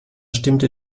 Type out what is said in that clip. stimmte